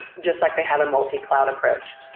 just like they have a multi-cloud approach.